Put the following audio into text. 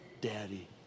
Daddy